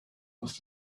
must